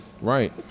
Right